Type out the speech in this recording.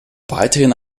weiterhin